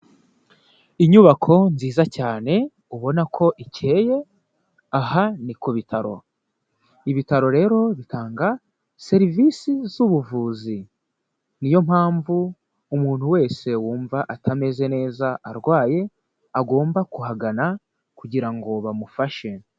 Inyubako nziza cyane ubona ko ikeye, aha ni ku bitaro. Ibitaro rero bitanga serivisi z'ubuvuzi, ni yo mpamvu umuntu wese wumva atameze neza arwaye, agomba kuhagana kugira ngo bamufashe.